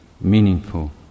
meaningful